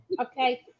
okay